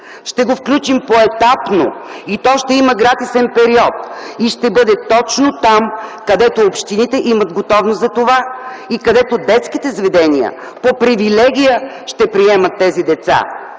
Ще го включим поетапно и то ще има гратисен период, и ще бъде точно там, където общините имат готовност за това и където детските заведения по привилегия ще приемат тези деца.